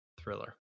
Thriller